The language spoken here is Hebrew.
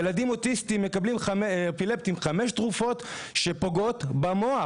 ילדים אפילפטיים מקבלים חמש תרופות שהוכח שהן פוגעות במוח.